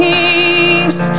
Peace